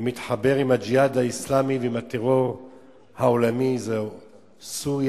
ומתחבר עם "הג'יהאד האסלאמי" ועם הטרור העולמי זה סוריה,